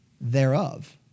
thereof